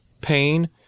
pain